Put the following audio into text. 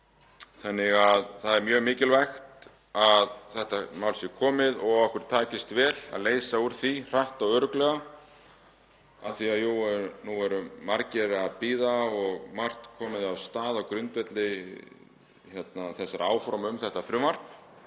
Það er mjög mikilvægt að þetta mál sé komið fram og að okkur takist vel að leysa úr því hratt og örugglega af því að nú eru margir að bíða og margt komið af stað á grundvelli áforma um þetta frumvarp